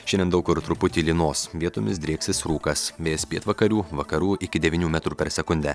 šiandien daug kur truputį lynos vietomis drieksis rūkas vėjas pietvakarių vakarų iki devynių metrų per sekundę